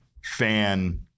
fan